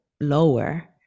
lower